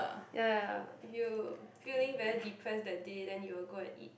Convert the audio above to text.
ya ya ya if you feeling very depressed that day then you will go and eat